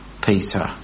Peter